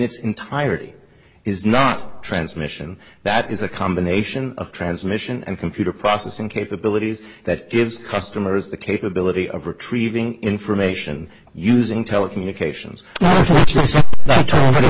its entirety is not transmission that is a combination of transmission and computer processing capabilities that gives customers the capability of retrieving information using telecommunications t